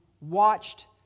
watched